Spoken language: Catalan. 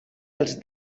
els